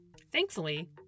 Thankfully